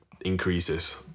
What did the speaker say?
increases